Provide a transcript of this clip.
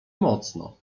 mocno